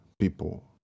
people